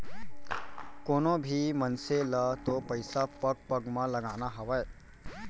कोनों भी मनसे ल तो पइसा पग पग म लगाना हावय